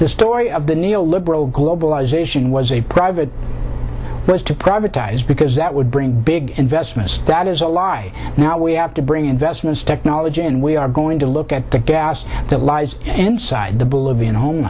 the story of the neoliberal globalization was a private was to privatized because that would bring big investments that is a lie now we have to bring investments technology and we are going to look at the gas that lives inside the bolivian home